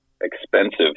expensive